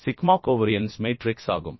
sigma covariance matrix ஆகும்